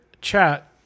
chat